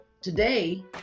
today